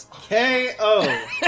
K-O